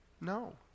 No